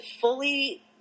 fully